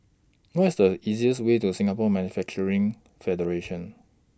What IS The easiest Way to Singapore Manufacturing Federation